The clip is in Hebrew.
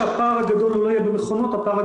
אני חושב שהפער הגדול יהיה בצוותים,